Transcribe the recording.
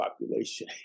population